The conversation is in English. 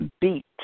Beat